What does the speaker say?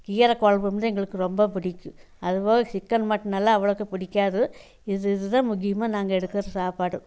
கீரை குழம்பு வந்து எங்களுக்கு ரொம்ப பிடிக்கும் அதுபோல சிக்கன் மட்டன் எல்லாம் அவ்வளோக்கா பிடிக்காது இது இதுதான் முக்கியமாக நாங்கள் எடுக்கிற சாப்பாடு